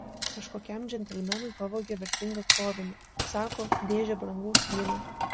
kažkokiam džentelmenui pavogė vertingą krovinį sako dėžę brangaus vyno